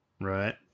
Right